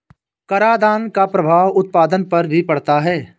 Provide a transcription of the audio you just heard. करादान का प्रभाव उत्पादन पर भी पड़ता है